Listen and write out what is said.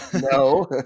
No